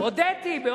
תודה.